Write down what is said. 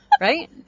right